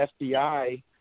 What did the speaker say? fbi